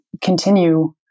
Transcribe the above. continue